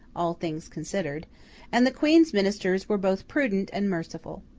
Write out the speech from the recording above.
all things considered and the queen's ministers were both prudent and merciful.